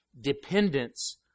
dependence